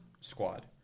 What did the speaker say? squad